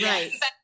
Right